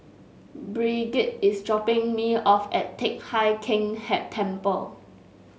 Brigitte is dropping me off at Teck Hai Keng head Temple